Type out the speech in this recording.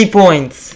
points